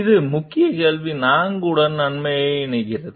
இது முக்கிய கேள்வி 4 உடன் நம்மை இணைக்கிறது